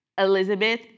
Elizabeth